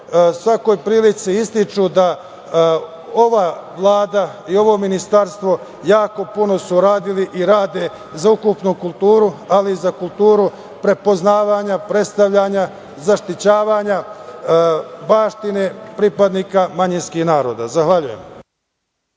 svakoj prilici ističu da ova Vlada i ovo ministarstvo jako puno su uradili i rade za ukupnu kulturu, ali i za kulturu prepoznavanja, predstavljanja, zaštićavanja baštine pripadnika manjinskih naroda. Zahvaljujem.